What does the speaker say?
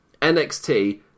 NXT